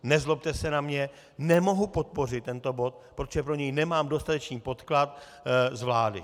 Nezlobte se na mě, nemohu podpořit tento bod, protože pro něj nemám dostatečný podklad z vlády.